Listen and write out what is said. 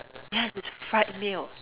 yes it's fried milk